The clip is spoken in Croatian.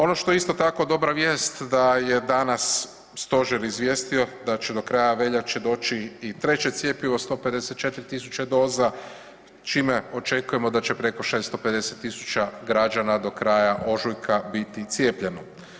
Ono što je isto tako dobra vijest da je danas stožer izvijestio da će do kraja veljače doći i treće cjepivo, 154.000 doza, čime očekujemo da će preko 650.000 građana do kraja ožujka biti cijepljeno.